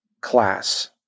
class